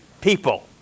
people